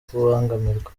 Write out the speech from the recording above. kubangamirwa